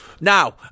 Now